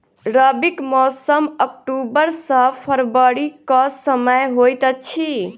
रबीक मौसम अक्टूबर सँ फरबरी क समय होइत अछि